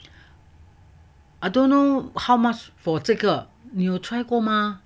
I don't know how much for 这个你有 try 过吗